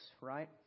right